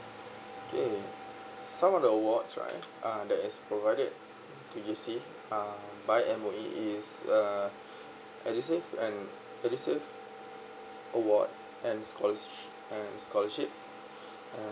okay some of the awards right uh that is provided to JC uh by M_O_E is uh edusave and edusave awards and scholars and scholarship and